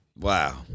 Wow